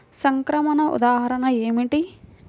సంక్రమణ ఉదాహరణ ఏమిటి?